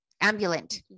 Ambulant